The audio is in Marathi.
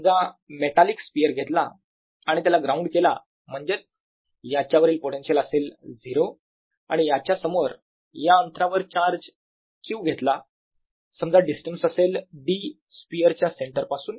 समजा मेटालिक स्पेअर घेतला आणि त्याला ग्राउंड केला म्हणजेच याच्यावरील पोटेन्शिअल असेल 0 आणि याच्या समोर या अंतरावर चार्ज q घेतला समजा डिस्टन्स असेल d स्पियरच्या सेंटर पासून